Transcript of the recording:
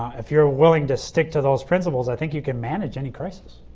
if you are willing to stick to those principals i think you can manage any crisis.